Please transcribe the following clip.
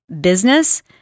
business